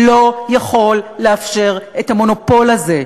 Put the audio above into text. לא יכול לאפשר את המונופול הזה,